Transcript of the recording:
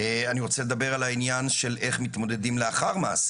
אני רוצה לדבר על העניין של איך מתמודדים לאחר מעשה